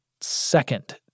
second